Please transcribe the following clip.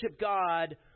God